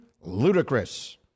ludicrous